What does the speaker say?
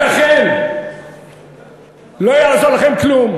ולכן לא יעזור לכם כלום,